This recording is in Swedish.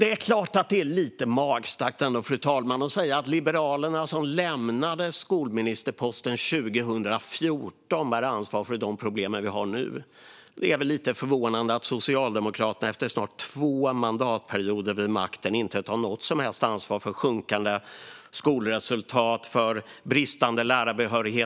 Det är ändå lite magstarkt att säga att Liberalerna, som lämnade skolministerposten 2014, bär ansvar för de problem vi har nu. Det är lite förvånande att Socialdemokraterna efter snart två mandatperioder vid makten inte tar något som helst ansvar för sjunkande skolresultat och bristande lärarbehörighet.